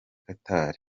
qatar